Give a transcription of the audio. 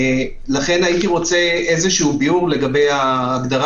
לכן הייתי רוצה איזשהו דיון לגבי ההגדרה